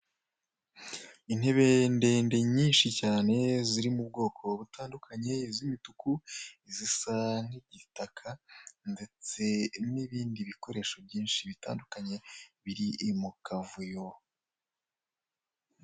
Intebe ndende, nyinshi cyane, ziri mu bwoko butandukanye, iz'imituku, izisa igitaka, ndetse n'ibindi bikoresho byinshi, bitandukanye, biri mu kavuyo.